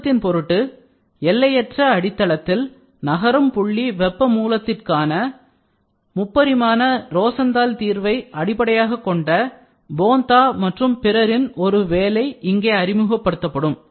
சுருக்கத்தின் பொருட்டு எல்லையற்ற அடித்தளத்தில் infinite substrate நகரும் புள்ளி வெப்ப மூலத்திற்கான 3D Rosenthal தீர்வை அடிப்படையாகக் கொண்ட Bontha மற்றும் பிறரின் ஒரு வேலை இங்கே அறிமுகப்படுத்தப்படும்